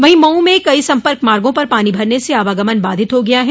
वहीं मऊ में कई सम्पर्क मार्गो पर पानी भरने से आवागमन बाधित हो गया है